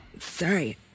Sorry